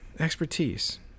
Expertise